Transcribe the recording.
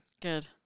Good